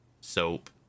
Soap